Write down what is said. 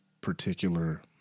particular